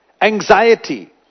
anxiety